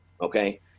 okay